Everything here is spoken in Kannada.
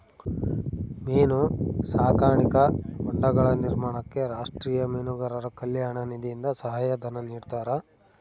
ಮೀನು ಸಾಕಾಣಿಕಾ ಹೊಂಡಗಳ ನಿರ್ಮಾಣಕ್ಕೆ ರಾಷ್ಟೀಯ ಮೀನುಗಾರರ ಕಲ್ಯಾಣ ನಿಧಿಯಿಂದ ಸಹಾಯ ಧನ ನಿಡ್ತಾರಾ?